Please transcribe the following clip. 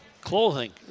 clothing